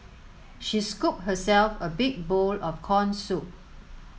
she scooped herself a big bowl of corn soup